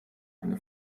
eine